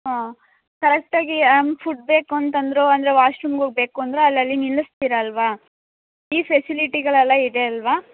ಹಾಂ ಕರೆಕ್ಟಾಗಿ ಫುಡ್ ಬೇಕು ಅಂತಂದರು ಅಂದರೆ ವಾಶ್ರೂಮ್ಗೆ ಹೋಗ್ಬೇಕು ಅಂದರೂ ಅಲ್ಲಲ್ಲಿ ನಿಲ್ಲಿಸ್ತೀರ ಅಲ್ಲವಾ ಈ ಫೆಸಿಲಿಟಿಗಳೆಲ್ಲ ಇದೆ ಅಲ್ಲವಾ